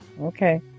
Okay